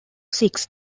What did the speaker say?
sixth